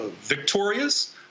victorious